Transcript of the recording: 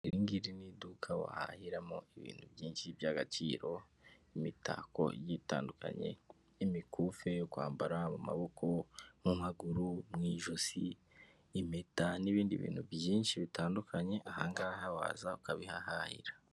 Iri ngiri ni iduka wahahiramo ibintu byinshi by'agaciro, imitako igiye itandukanye n'imikufi yo kwambara mu maboko, mu maguru, mu ijosi, impeta n'ibindi bintu byinshi bitandukanye aha ngaha waza ukabihahahira.